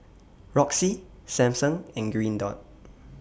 Roxy Samsung and Green Dot